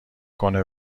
کنه